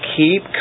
keep